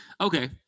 Okay